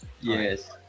yes